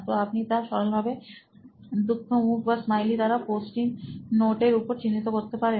তো আপনি তা সরলভাবে দুঃখ মুখ বা স্মাইলি দ্বারা পোষ্ট ইন নোটের উপর চিহ্নিত করতে পারেন